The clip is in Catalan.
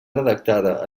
redactada